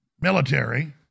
military